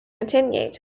continued